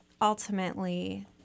ultimately